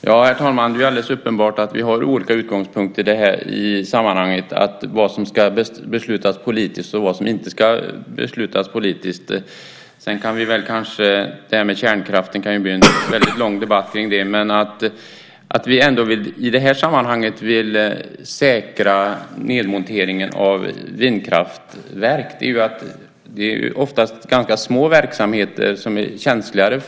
Herr talman! Det är alldeles uppenbart att vi har olika utgångspunkter i sammanhanget när det gäller vad som ska beslutas politiskt och vad som inte ska beslutas politiskt. Det kan bli en väldigt lång debatt kring frågorna om kärnkraften. Anledningen till att vi i det här sammanhanget vill säkra nedmonteringen av vindkraftverk är att det oftast gäller ganska små verksamheter som är känsliga.